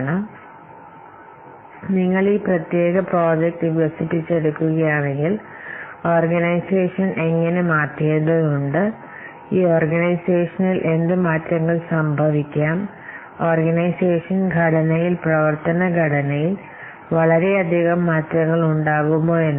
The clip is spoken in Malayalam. ഇവിടെ ഓർഗനൈസേഷൻ എങ്ങനെ മാറ്റേണ്ടതുണ്ട് നിങ്ങൾ ഈ പ്രത്യേക പ്രോജക്റ്റ് വികസിപ്പിച്ചെടുക്കുകയാണെങ്കിൽ ഈ ഓർഗനൈസേഷനിൽ എന്ത് മാറ്റങ്ങൾ സംഭവിക്കാം ഓർഗനൈസേഷൻ ഘടനയിൽ പ്രവർത്തന ഘടനയിൽ വളരെയധികം മാറ്റങ്ങളുണ്ടാകുമോ എന്നത്